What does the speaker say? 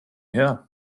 hea